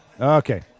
okay